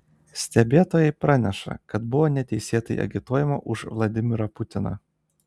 stebėtojai praneša kad buvo neteisėtai agituojama už vladimirą putiną